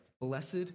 blessed